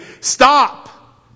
Stop